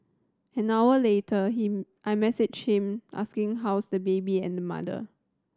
an hour later him I messaged him asking how's the baby and mother